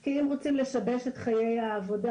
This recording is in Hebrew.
בכך כי הם רוצים לשבש את חיי העבודה,